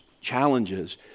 challenges